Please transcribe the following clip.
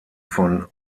von